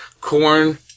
Corn